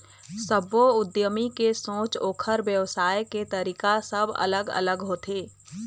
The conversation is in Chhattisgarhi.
सब्बो उद्यमी के सोच, ओखर बेवसाय के तरीका सब अलग अलग होथे